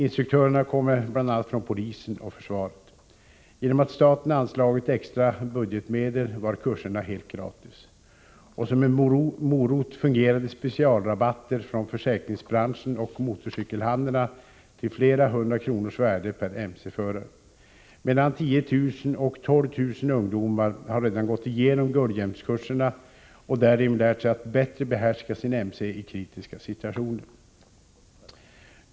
Instruktörerna kommer bl.a. från polisen och försvaret. Genom att staten anslagit extra budgetmedel var kurserna helt gratis. Och som en morot fungerade specialrabatter från försäkringsbranschen och motorcykelhandlarna till flera hundra kronors värde per mcförare. Mellan 10 000 och 12 000 ungdomar har redan gått igenom guldhjälmskurserna och därigenom lärt sig att bättre behärska sin mc i kritiska situationer.